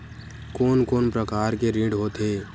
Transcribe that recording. कोन कोन प्रकार के ऋण होथे?